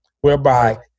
whereby